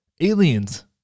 aliens